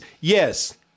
Yes